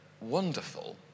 wonderful